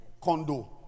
condo